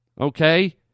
Okay